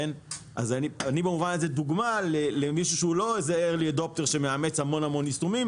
אז אני במובן הזה דוגמה למישהו שלא מאמץ המון יישומים